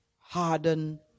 harden